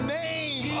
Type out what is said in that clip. name